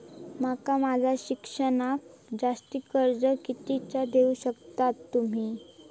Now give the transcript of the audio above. माका माझा शिक्षणाक जास्ती कर्ज कितीचा देऊ शकतास तुम्ही?